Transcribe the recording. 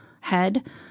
head